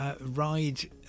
Ride